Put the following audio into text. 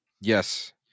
Yes